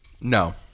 No